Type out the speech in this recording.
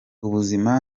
ubuzima